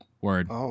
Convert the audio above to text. Word